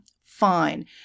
Fine